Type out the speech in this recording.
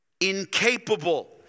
Incapable